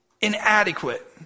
inadequate